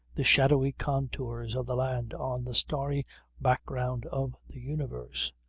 the shadowy contours of the land on the starry background of the universe,